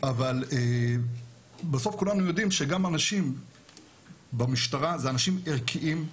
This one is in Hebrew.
אבל בסוף כולנו יודעים שגם אנשים במשטרה זה אנשים ערכיים.